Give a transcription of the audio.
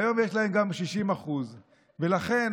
היום יש להם גם 60%. לכן,